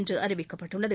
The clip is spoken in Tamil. என்று அறிவிக்கப்பட்டுள்ளது